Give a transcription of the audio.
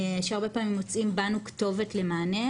שהרבה פעמים מוצאים בנו כתובת למענה.